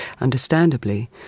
understandably